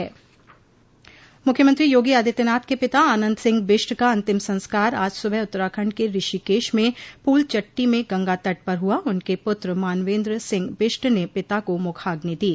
मुख्यमंत्री योगी आदित्यनाथ के पिता आनन्द सिंह बिष्ट का अंतिम संस्कार आज सुबह उत्तराखंड के ऋषिकेश में फ्लचट्टी में गंगा तट पर हुआ उनके पुत्र मानवेन्द्र सिंह बिष्ट ने पिता को मुखाग्नि दी